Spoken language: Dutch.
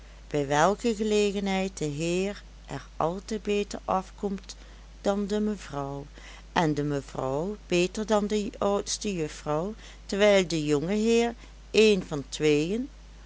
bij welke gelegenheid de heer er altijd beter afkomt dan de mevrouw en de mevrouw beter dan de oudste juffrouw terwijl de jongeheer een van tweeën